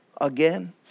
again